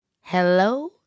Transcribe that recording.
hello